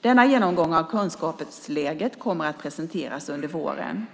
Denna genomgång av kunskapsläget kommer att presenteras under våren.